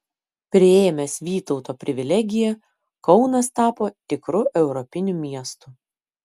priėmęs vytauto privilegiją kaunas tapo tikru europiniu miestu